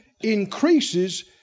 increases